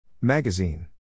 Magazine